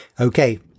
Okay